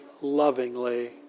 lovingly